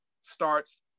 starts